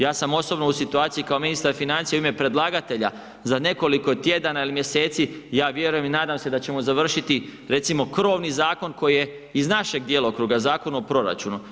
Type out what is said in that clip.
Ja sam osobno u situaciji kao ministar financija u ime predlagatelja, za nekoliko tjedana ili mjeseci, ja vjerujem i nadam se da ćemo završiti recimo krovni zakon koji je iz našeg djelokruga, Zakona o proračunu.